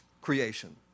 creation